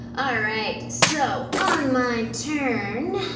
alright, so. on my turn,